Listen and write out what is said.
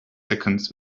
seconds